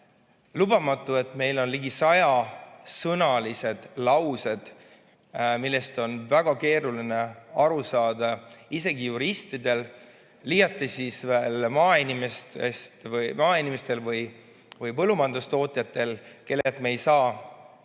lubamatu, et meil on ligi sajasõnalised laused, millest on väga keeruline aru saada isegi juristidel, liiati siis veel maainimestel või põllumajandustootjatel, kellelt me ei saa